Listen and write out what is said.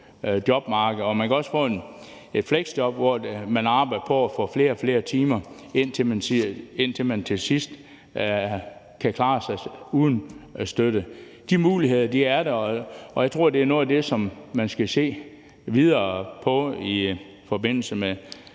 jobmarkedet, og man kan også få et fleksjob, hvor man arbejder på at få flere og flere timer, indtil man til sidst kan klare sig uden støtte. De muligheder er der, og jeg tror, det er noget af det, som man skal se videre på i forbindelse med